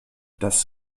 das